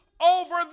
over